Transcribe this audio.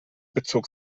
bezog